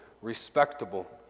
Respectable